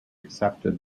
accepted